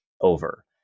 over